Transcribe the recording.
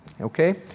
okay